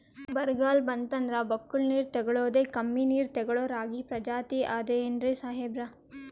ಬರ್ಗಾಲ್ ಬಂತಂದ್ರ ಬಕ್ಕುಳ ನೀರ್ ತೆಗಳೋದೆ, ಕಮ್ಮಿ ನೀರ್ ತೆಗಳೋ ರಾಗಿ ಪ್ರಜಾತಿ ಆದ್ ಏನ್ರಿ ಸಾಹೇಬ್ರ?